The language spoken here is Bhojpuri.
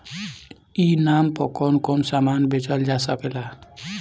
ई नाम पर कौन कौन समान बेचल जा सकेला?